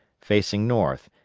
facing north,